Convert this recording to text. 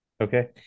Okay